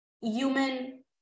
human